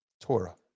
Torah